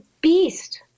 beast